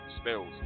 spells